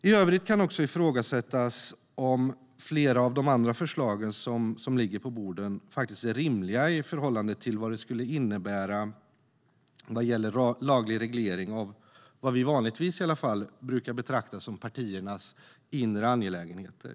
I övrigt kan det också ifrågasättas om flera av de andra förslagen som ligger på bordet är rimliga i förhållande till vad det skulle innebära vad gäller laglig reglering av vad vi i alla fall vanligtvis brukar betrakta som partiernas inre angelägenheter.